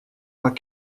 pas